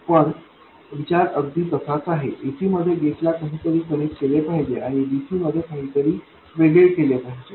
पण विचार अगदी तसाच आहे ac मध्ये गेटला काहीतरी कनेक्ट केले पाहिजे आणि dc मध्ये काहीतरी वेगळं केले पाहिजे